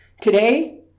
Today